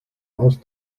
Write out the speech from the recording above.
aus